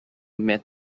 met